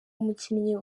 umukinnyi